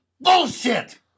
Bullshit